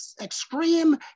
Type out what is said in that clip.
extreme